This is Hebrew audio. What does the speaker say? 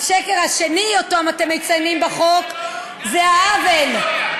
השקר השני שאתם מציינים בחוק זה העוול.